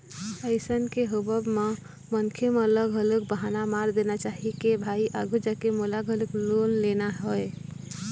अइसन के होवब म मनखे मन ल घलोक बहाना मार देना चाही के भाई आघू जाके मोला घलोक लोन लेना हवय